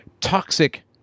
toxic